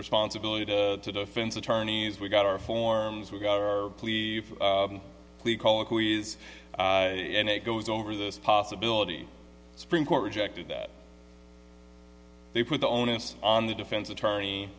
responsibility to defense attorneys we got our forms we got our plea is and it goes over this possibility supreme court rejected that they put the onus on the defense attorney